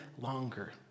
longer